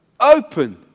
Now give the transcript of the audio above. Open